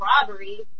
robbery